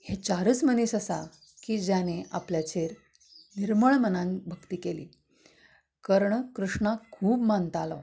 हे चारच मनीस आसात की जाणीं आपल्याचेर निर्मळ मनान भक्ती केली कर्ण कृष्णाक खूब मानतालो